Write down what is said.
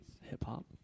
Hip-hop